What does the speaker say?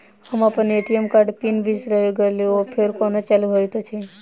हम अप्पन ए.टी.एम कार्डक पिन बिसैर गेलियै ओ फेर कोना चालु होइत?